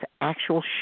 actual